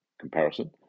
comparison